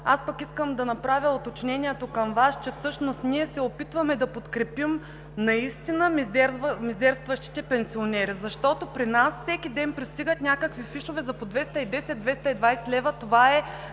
аз пък искам да направя уточнението към Вас, че всъщност ние се опитваме да подкрепим наистина мизерстващите пенсионери, защото при нас всеки ден пристигат някакви фишове за по 210 – 220 лв.